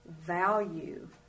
value